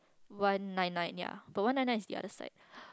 one nine nine yeah but one nine nine is the other side